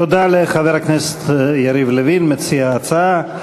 תודה לחבר הכנסת יריב לוין, מציע ההצעה.